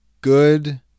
good